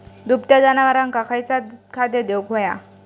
दुभत्या जनावरांका खयचा खाद्य देऊक व्हया?